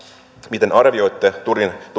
miten arvioitte turkin